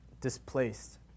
displaced